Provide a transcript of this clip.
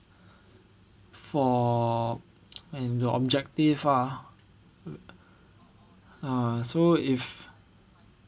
for and the objective ah ah so if